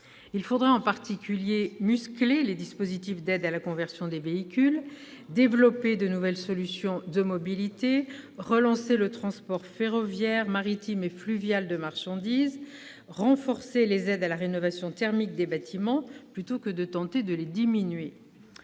Il faudrait, en particulier, « muscler » les dispositifs d'aide à la conversion des véhicules, développer de nouvelles solutions de mobilité, relancer le transport ferroviaire, maritime et fluvial de marchandises, renforcer les aides à la rénovation thermique des bâtiments plutôt que de tenter de les diminuer.